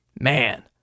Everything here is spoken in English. man